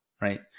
right